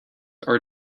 are